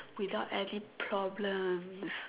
without any problems